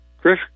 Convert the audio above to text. Chris